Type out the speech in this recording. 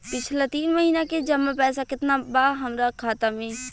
पिछला तीन महीना के जमा पैसा केतना बा हमरा खाता मे?